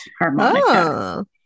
harmonica